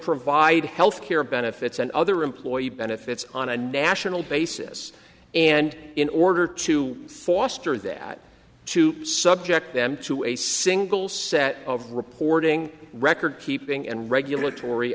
provide health care benefits and other employee benefits on a national basis and in order to forster that to subject them to a single set of reporting record keeping and regulatory